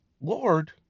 Lord